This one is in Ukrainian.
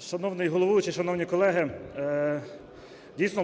Шановний головуючий, шановні колеги, дійсно,